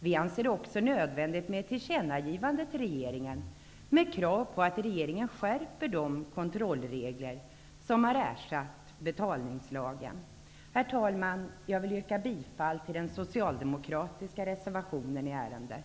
Vi anser det också nödvändigt med ett tillkännagivande till regeringen med krav på att regeringen skärper de kontrollregler som har ersatt betalningslagen. Herr talman! Jag yrkar bifall till den socialdemokratiska reservationen i ärendet.